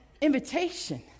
invitation